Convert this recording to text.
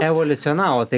evoliucionavo tai